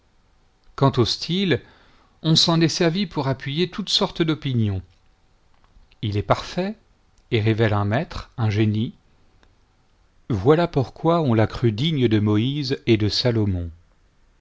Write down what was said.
quant au style on s'en est servi pour appuyer toute sorte d'opinions il est parfait et révèle un maître un génie voilà pourquoi on l'a cru digne de moïse et de salomon